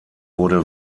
wurde